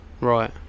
Right